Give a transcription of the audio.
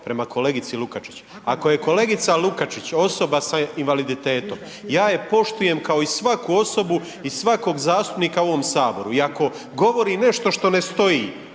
prema kolegici Lukačić. Ako je kolegica Lukačić osoba sa invaliditetom, ja je poštujem kao i svaku osobu i svakog zastupnika u ovom Saboru i ako govori nešto što ne stoji,